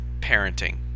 parenting